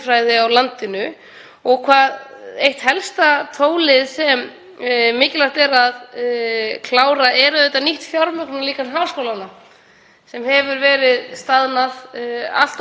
sem hefur verið staðnað allt of lengi og frosið í raun. Þetta er tól fyrir ráðherra til þess að koma sínu